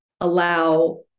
allow